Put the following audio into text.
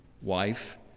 wife